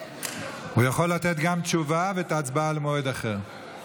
הוא יכול לתת גם תשובה, ואת ההצבעה, במועד אחר.